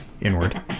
inward